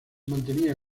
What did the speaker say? mantenía